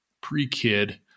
pre-kid